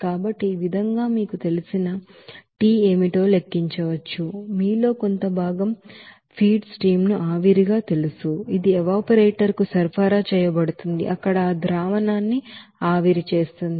కాబట్టి ఈ విధంగా మీరు మీకు తెలిసిన ది ఏమిటో లెక్కించవచ్చు మీలో కొంత భాగం ఫీడ్ స్ట్రీమ్ ను ఆవిరిగా తెలుసు ఇది ఎవాపరేటర్ కు సరఫరా చేయబడుతుంది అక్కడ ఆ లిక్విడ్ న్ని ఆవిరి చేస్తుంది